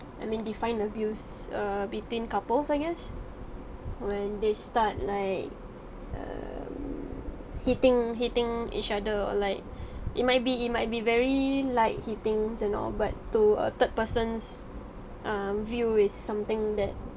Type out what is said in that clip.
I mean define abuse err between couples I guess when they start like um hitting hitting each other or like it might be it might be very light hitting and all but to a third person's um view it's something that